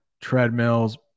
treadmills